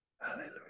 Hallelujah